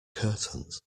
curtains